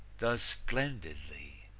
does splendidly?